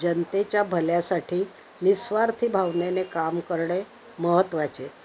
जनतेच्या भल्यासाठी निस्वार्थी भावनेने काम करणे महत्त्वाचे